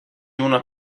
una